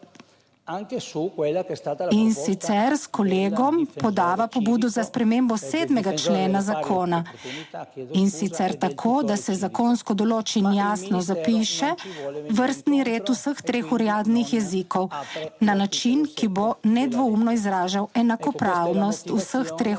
in sicer s kolegom podava pobudo za spremembo 7. člena zakona. In sicer tako, da se zakonsko določi in jasno zapiše vrstni red vseh treh uradnih jezikov na način, ki bo nedvoumno izražal enakopravnost vseh treh uradnih jezikov.